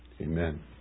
amen